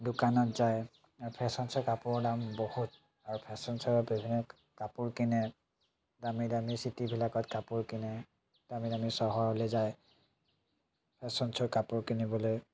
দোকানত যায় আৰু ফেশ্বন শ্ব'ৰ কাপোৰৰ দাম বহুত আৰু ফেশ্বন শ্ব'ত বিভিন্ন কাপোৰ কিনে দামী দামী চিটিবিলাকত কাপোৰ কিনে দামী দামী চহৰলৈ যায় ফেশ্বন শ্ব'ৰ কাপোৰ কিনিবলৈ